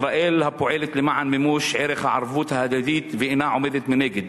ישראל הפועלת למען מימוש ערך הערבות ההדדית ואינה עומדת מנגד.